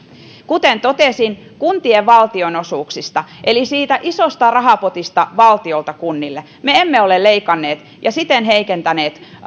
kuten totesin kuntien valtionosuuksista eli siitä isosta rahapotista valtiolta kunnille me emme ole leikanneet ja siten heikentäneet